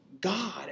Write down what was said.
God